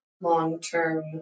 long-term